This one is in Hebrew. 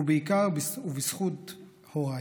ובעיקר בזכות הוריי,